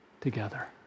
together